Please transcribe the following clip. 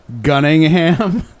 Gunningham